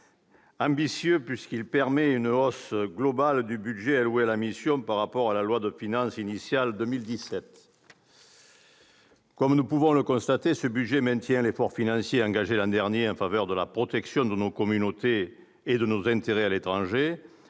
ambitieux, puisqu'il prévoit une hausse globale des crédits alloués à la mission par rapport à la loi de finances initiale pour 2017. Comme nous pouvons le constater, ce projet de budget maintient l'effort financier engagé l'an dernier en faveur de la protection de nos communautés et de nos intérêts à l'étranger,